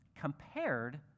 compared